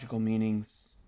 meanings